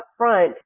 upfront